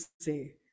say